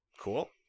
Cool